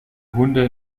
hunde